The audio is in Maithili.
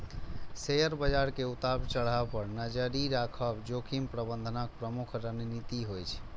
शेयर बाजार के उतार चढ़ाव पर नजरि राखब जोखिम प्रबंधनक प्रमुख रणनीति होइ छै